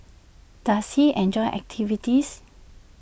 does he enjoy activities